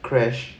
crash